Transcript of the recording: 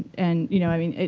and you know i mean,